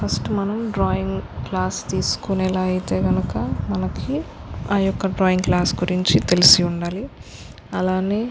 first మనం drawing class తీసుకునేలా అయితే కనుక మనకి ఆ యొక్క డ్రాయింగ్ క్లాస్ గురించి తెలిసి ఉండాలి అలానే